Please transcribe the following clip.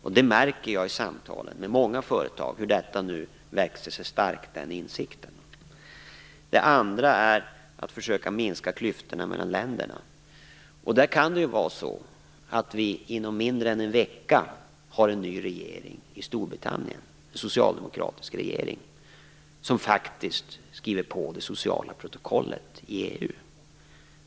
Jag märker i samtal med många företag hur den insikten nu växer sig stark. Det andra är att försöka minska klyftorna mellan länderna. Inom mindre än en vecka kan vi ha en ny regering i Storbritannien, en socialdemokratisk regering som faktiskt skriver på det sociala protokollet i EU.